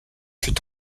fut